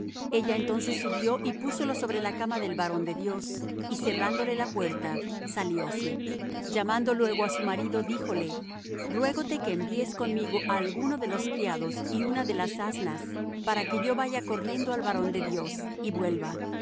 ella entonces subió y púsolo sobre la cama del varón de dios y cerrándole la puerta salióse llamando luego á su marido díjole ruégote que envíes conmigo á alguno de los criados y una de las asnas para que yo vaya corriendo al varón de dios y vuelva